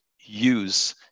use